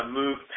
move